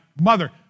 mother